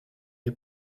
est